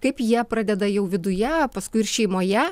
kaip jie pradeda jau viduje paskui ir šeimoje